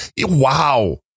wow